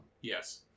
Yes